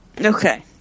Okay